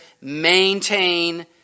maintain